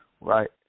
Right